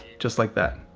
just like that.